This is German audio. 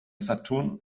saturn